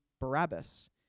Barabbas